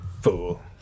Fool